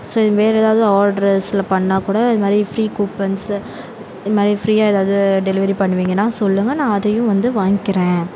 so வேறு ஏதாவது ஆட்ரஸில் பண்ணால் கூட இது மாதிரி ஃப்ரீ கூப்பன்ஸு இந்த மாதிரி ஃப்ரீயாக ஏதாவது டெலிவரி பண்ணுவீங்கன்னா சொல்லுங்கள் நான் அதையும் வந்து வாங்கிக்கிறேன்